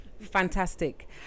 Fantastic